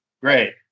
great